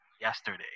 yesterday